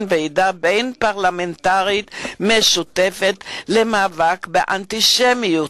ועידה בין-פרלמנטרית משותפת למאבק באנטישמיות.